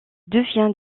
devient